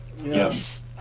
Yes